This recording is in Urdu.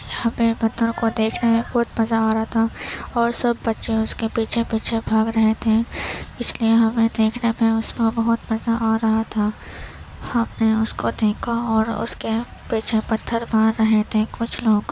ہمیں بندروں کو دیکھنے میں بہت مزہ آ رہا تھا اور سب بچے اس کے پیچھے پیچھے بھاگ رہے تھے اس لیے ہمیں دیکھنے میں اس میں بہت مزہ آ رہا تھا ہم نے اس کو دیکھا اور اس کے پیچھے پتھر مار رہے تھے کچھ لوگ